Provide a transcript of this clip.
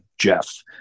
Jeff